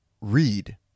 read